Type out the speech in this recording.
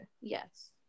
yes